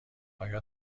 آیا